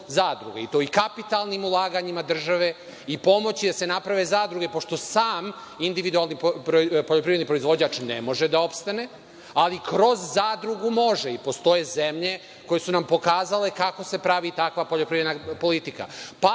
U tim kapitalnim ulaganjima države i pomoći da se naprave zadruge, pošto sam individualni poljoprivredni proizvođač ne može da opstane, ali kroz zadrugu može. Postoje zemlje koje su nam pokazale kako se pravi takva jedna politika. Pa,